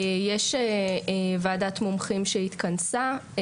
יש ועדת מומחים שהתכנסה.